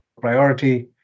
priority